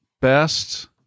best